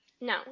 no